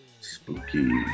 Spooky